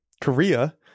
Korea